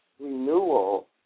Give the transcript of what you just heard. renewal